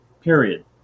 period